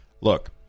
look